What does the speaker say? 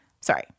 sorry